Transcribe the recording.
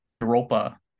Europa